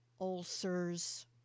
ulcers